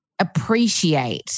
appreciate